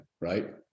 right